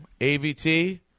AVT